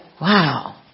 Wow